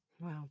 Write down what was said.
Wow